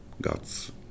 God's